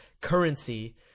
currency